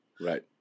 Right